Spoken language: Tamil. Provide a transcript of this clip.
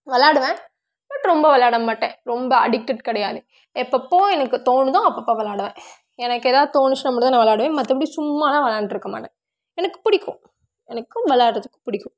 விளாடுவேன் பட் ரொம்ப விளாடமாட்டேன் ரொம்ப அடிக்டட் கிடையாது எப்பப்போவோ எனக்கு தோணுதோ அப்பப்போது விளாடுவேன் எனக்கு ஏதாவது தோணுச்சுன்னால் மட்டும்தான் விளாடுவேன் மற்றபடி சும்மாவெல்லாம் விளாண்ட்ருக்க மாட்டேன் எனக்கு பிடிக்கும் எனக்கும் விளாட்றதுக்கு பிடிக்கும்